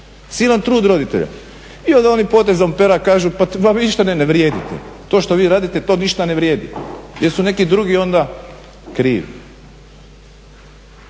silan trud roditelja i onda oni potezom pera kažu pa ništa ne vrijedite, to što vi radite to ništa ne vrijedi jer su neki drugi onda krivi.